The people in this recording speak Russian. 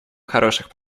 хороших